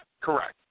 correct